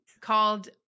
called